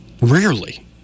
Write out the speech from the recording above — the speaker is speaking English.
rarely